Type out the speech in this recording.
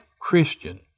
christian